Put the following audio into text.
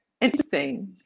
interesting